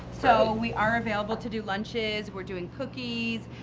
so we are available to do lunches. we're doing cookies.